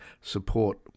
support